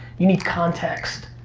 you need context.